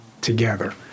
together